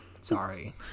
Sorry